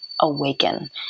awaken